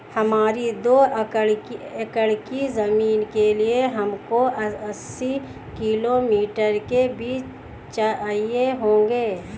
हमारी दो एकड़ की जमीन के लिए हमको अस्सी किलो मटर के बीज चाहिए होंगे